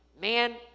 man